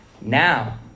Now